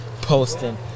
posting